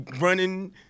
running